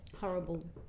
horrible